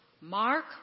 Mark